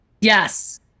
Yes